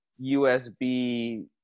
USB